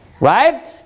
Right